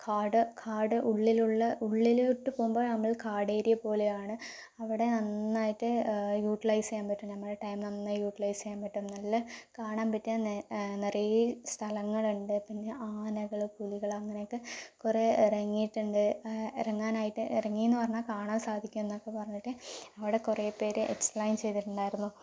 കാട് കാട് ഉള്ളിലുള്ള ഉള്ളിലോട്ടു പോകുമ്പോൾ നമ്മൾ കാടേരിയ പോലെയാണ് അവിടെ നന്നായിട്ട് യുട്ട്ലൈസ് ചെയ്യാൻ പാറ്റും നമ്മളുടെ ടൈം നന്നായി യൂട്ട്ലൈസ് ചെയ്യാൻ പറ്റും നല്ല കാണാൻ പറ്റിയ നിറയേ സ്ഥലങ്ങളുണ്ട് ഉണ്ട് പിന്നെ ആനകൾ പുലികൾ അങ്ങനെയൊക്കെ കുറെ ഇറങ്ങിയിട്ടുണ്ട് ഇറങ്ങാനായിട്ട് ഇറങ്ങി എന്ന് പറഞ്ഞാൽ കാണാൻ സാധിക്കും എന്നൊക്കെ പറഞ്ഞിട്ട് അവിടെ കുറെ പേർ എക്സ്പ്ലൈൻ ചെയ്തിട്ടുണ്ടായിരുന്നു